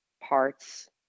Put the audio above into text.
parts